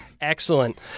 Excellent